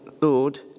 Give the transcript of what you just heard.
Lord